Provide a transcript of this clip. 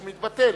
הוא מתבטל,